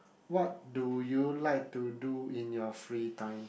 what do you like to do in your free time